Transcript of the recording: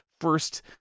first